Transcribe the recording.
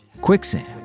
quicksand